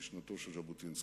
ממשנתו של ז'בוטינסקי.